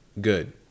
Good